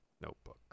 notebook